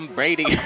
Brady